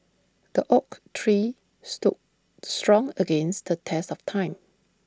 the oak tree stood strong against the test of time